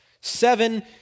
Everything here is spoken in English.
Seven